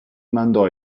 mandò